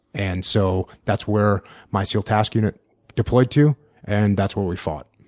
and so that's where my seal task unit deployed to and that's where we fought.